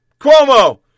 Cuomo